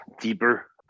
deeper